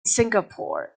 singapore